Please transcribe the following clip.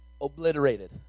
obliterated